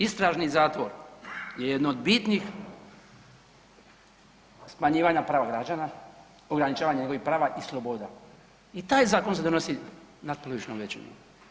Istražni zatvor je jedno od bitnih smanjivanja prava građana, ograničavanje ovih prava i sloboda i taj zakon se donosi natpolovičnom većinom.